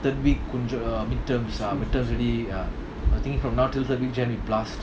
third week கொஞ்சம்:konjam midterms uh midterms already uh the thing is from now till third week jan we blast